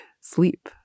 sleep